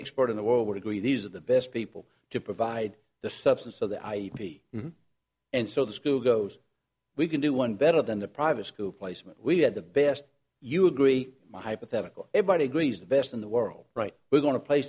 expert in the world would agree these are the best people to provide the substance of the i p and so the school goes we can do one better than the private school placement we have the best you agree my hypothetical everybody agrees the best in the world right we're go